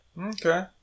Okay